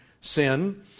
sin